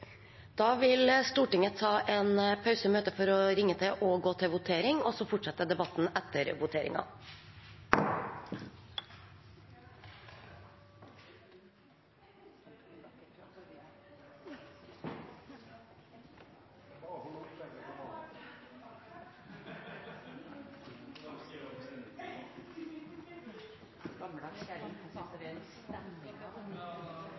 vil nå ta en pause i møtet for å gå til votering. Vi fortsetter debatten etter voteringen. Stortinget er nå